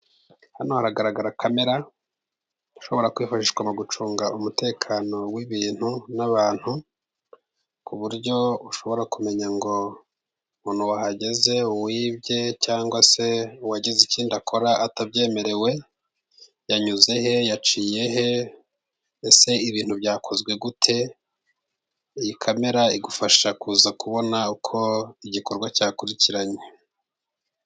Hano haragaragara kamera ishobora kwifashishwa mu gucunga umutekano w'ibintu n'abantu， ku buryo ushobora kumenya ngo umuntu wahageze，uwibye cyangwa se uwagize ikindi akora atabyemerewe， yanyuze he？ Yaciye he？ Ese ibintu byakozwe gute？ Iyi kamera igufasha kuza kubona uko igikorwa cyakurikiranye.